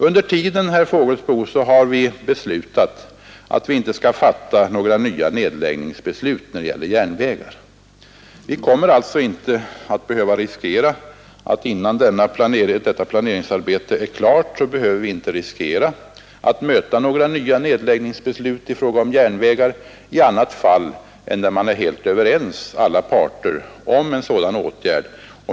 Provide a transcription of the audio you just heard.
I avvaktan därpå, herr Fågelsbo, har vi bestämt att vi inte skall fatta några nya beslut om nedläggning av järnvägar. Man kommer alltså inte att behöva riskera att innan detta planeringsarbete är klart mötas av nya järnvägsnedläggningar i annat fall än när alla parter är helt överens om en sådan åtgärd.